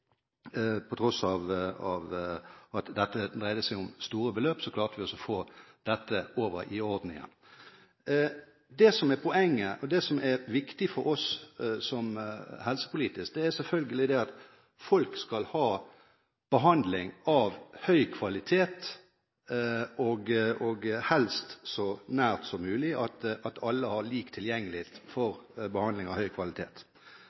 På tross av at dette dreide seg om store beløp, klarte vi å få dette i orden igjen. Det som er poenget, og det som er viktig for oss helsepolitisk, er selvfølgelig det at folk skal ha behandling av høy kvalitet, og helst så nært som mulig – at alle skal ha lik tilgjengelighet for behandling av høy kvalitet.